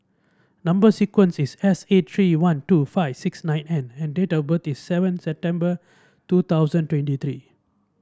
number sequence is S eight three one two five six nine N and date of birth is seven September two thousand twenty three